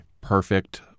perfect